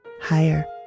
higher